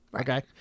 okay